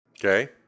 Okay